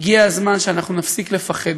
הגיע הזמן שאנחנו נפסיק לפחד,